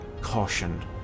caution